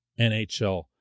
NHL